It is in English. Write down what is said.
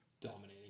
dominating